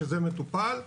שזה מטופל,